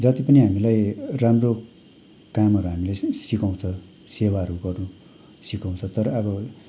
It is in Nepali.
जति पनि हामीलाई राम्रो कामहरू हामीलाई सि सिकाउँछ सेवाहरू गर्नु सिकाउँछ तर अब